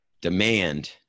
demand